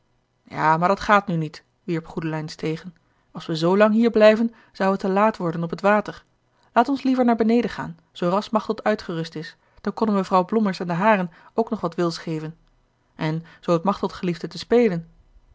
ja maar dat gaat nu niet wierp goedelijns tegen als we zoolang hier blijven zou het te laat worden op het water laat ons liever naar beneden gaan zoo ras machteld uitgerust is dan konnen we vrouw blommers en de haren ook nog wat wils geven en zoo t machteld geliefde te spelen